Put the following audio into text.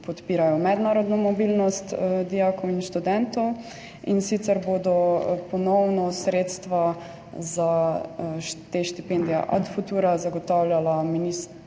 ki podpirajo mednarodno mobilnost dijakov in študentov, in sicer bosta ponovno sredstva za štipendije Ad futura zagotavljala Ministrstvo